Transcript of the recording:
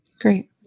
Great